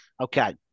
Okay